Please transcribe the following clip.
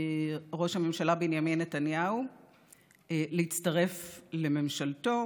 ראש הממשלה בנימין נתניהו להצטרף לממשלתו.